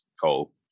coal